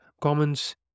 comments